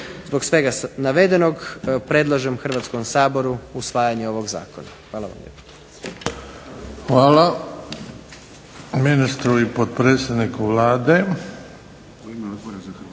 Zbog svega navedenog predlažem Hrvatskom saboru usvajanje ovog zakona. Hvala vam lijepo. **Bebić, Luka (HDZ)** Hvala ministru i potpredsjedniku Vlade.